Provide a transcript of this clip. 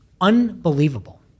unbelievable